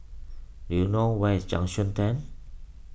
do you know where is Junction ten